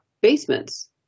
basements